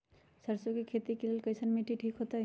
सरसों के खेती के लेल कईसन मिट्टी ठीक हो ताई?